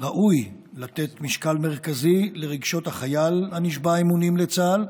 ראוי לתת משקל מרכזי לרגשות החייל הנשבע אמונים לצה"ל,